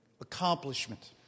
Accomplishment